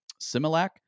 Similac